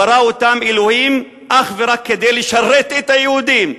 ברא אותם אלוהים אך ורק כדי לשרת את היהודים.